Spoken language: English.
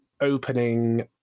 opening